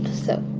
so